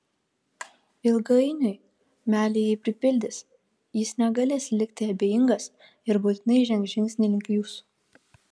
ilgainiui meilė jį pripildys jis negalės likti abejingas ir būtinai žengs žingsnį link jūsų